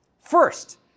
First